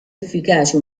efficace